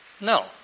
No